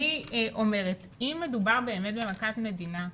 אני אומרת שאם מדובר באמת במכת מדינה,